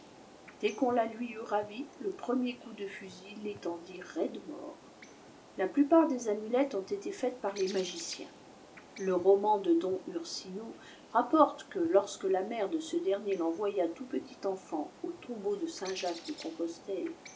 dès qu on la lui eut ravie le precniçr cijp dç fugtt retendit raide mort la ptupart des amulettes ont été laites pr le maffiaeii le roman de don ursino rapporte que lorsque la mère de ce dernier l'envoya tout petit enfant au tombeau de